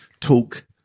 talk